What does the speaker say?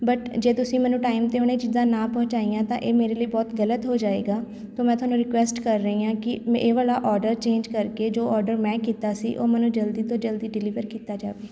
but ਜੇ ਤੁਸੀਂ ਮੈਨੂੰ ਟਾਈਮ 'ਤੇ ਹੁਣ ਇਹ ਚੀਜ਼ਾਂ ਨਾ ਪਹੁੰਚਾਈਆਂ ਤਾਂ ਇਹ ਮੇਰੇ ਲਈ ਬਹੁਤ ਗਲਤ ਹੋ ਜਾਏਗਾ ਤਾਂ ਮੈਂ ਤੁਹਾਨੂੰ ਰਿਕੁਐਸਟ ਕਰ ਰਹੀ ਹਾਂ ਕਿ ਮ ਇਹ ਵਾਲਾ ਔਡਰ ਚੇਂਜ ਕਰਕੇ ਜੋ ਔਡਰ ਮੈਂ ਕੀਤਾ ਸੀ ਉਹ ਮੈਨੂੰ ਜਲਦੀ ਤੋਂ ਜਲਦੀ ਡਿਲੀਵਰ ਕੀਤਾ ਜਾਵੇ